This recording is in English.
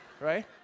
Right